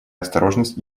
осторожность